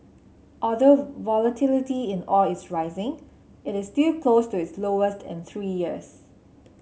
although volatility in oil is rising it is still close to its lowest in three years